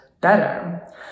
better